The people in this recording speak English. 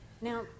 Now